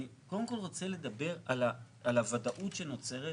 אני קודם כל רוצה לדבר על הוודאות שנוצרת